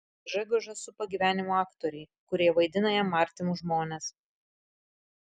gžegožą supa gyvenimo aktoriai kurie vaidina jam artimus žmones